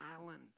island